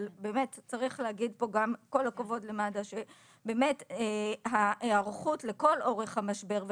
אבל צריך להגיד פה גם כל הכבוד למד"א על ההיערכות לכל אורך המשבר.